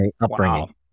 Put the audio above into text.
upbringing